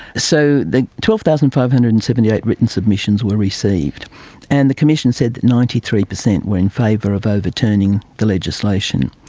so the twelve thousand five hundred and seventy eight written submissions were received and the commission said ninety three percent were in favour of overturning the legislation.